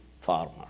farmer